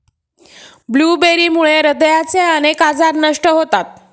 ब्लूबेरीमुळे हृदयाचे अनेक आजार नष्ट होतात